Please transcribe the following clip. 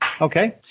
Okay